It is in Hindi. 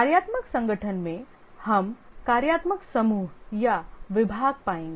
कार्यात्मक संगठन में हम कार्यात्मक समूह या विभाग पाएंगे